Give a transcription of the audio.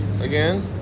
again